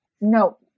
no